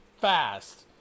fast